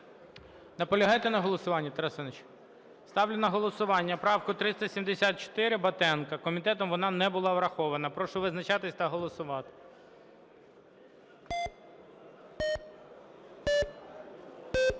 Наполягаєте на голосуванні, Тарас Іванович? Ставлю на голосування правку 374 Батенка. Комітетом вона не була врахована. Прошу визначатись та голосувати.